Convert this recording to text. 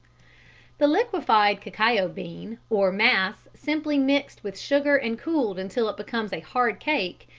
the liquified cacao bean or mass, simply mixed with sugar and cooled until it becomes a hard cake,